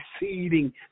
exceeding